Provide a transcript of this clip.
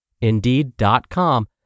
Indeed.com